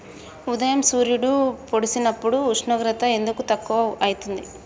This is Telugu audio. ఉదయం సూర్యుడు పొడిసినప్పుడు ఉష్ణోగ్రత ఎందుకు తక్కువ ఐతుంది?